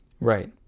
Right